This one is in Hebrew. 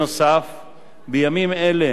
נוסף על כך, בימים אלה